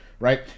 right